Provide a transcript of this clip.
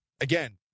Again